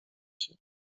się